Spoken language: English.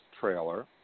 trailer